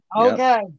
Okay